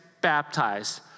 baptized